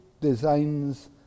designs